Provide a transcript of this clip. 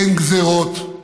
אין גזרות.